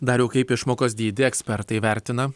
dariau kaip išmokos dydį ekspertai vertina